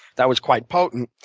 that was quite potent